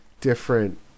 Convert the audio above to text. different